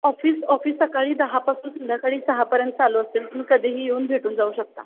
office office सकाळी दहापासून संध्याकाळी सहापर्यंत चालू असतील तुम्ही कधीही येऊन भेटून जाऊ शकता